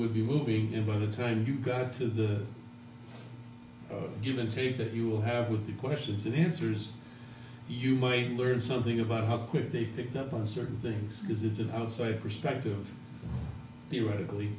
would be moving in by the time you got to the give and take that you will have with the questions and answers you might learn something about how quick they picked up on certain things is it's an outside perspective the radically